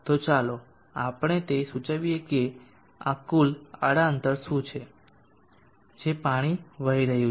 તો ચાલો તે પણ સૂચવીએ કે આ કુલ આડા અંતર શું છે જે પાણી વહી રહ્યું છે